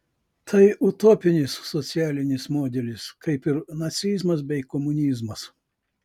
tai utopinis socialinis modelis kaip ir nacizmas bei komunizmas